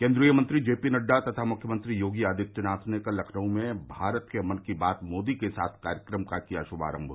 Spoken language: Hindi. केन्द्रीय मंत्री जेपी नड्डा तथा मुख्यमंत्री योगी आदित्यनाथ ने कल लखनऊ में भारत के मन की बात मोदी के साथ कार्यक्रम का किया शुभारम्भ